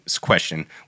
question